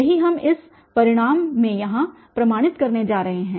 यही हम इस परिणाम में यहाँ प्रमाणित करने जा रहे हैं